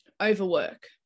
overwork